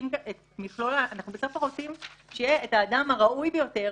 אנחנו בסך-הכול רוצים שהאדם הראוי ביותר